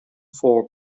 four